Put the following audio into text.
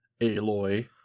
Aloy